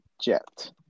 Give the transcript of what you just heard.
jet